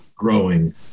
growing